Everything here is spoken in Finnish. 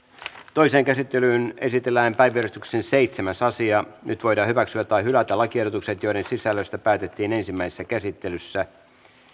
toiseen käsittelyyn esitellään päiväjärjestyksen seitsemäs asia nyt voidaan hyväksyä tai hylätä lakiehdotukset joiden sisällöstä päätettiin ensimmäisessä käsittelyssä